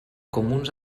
comuns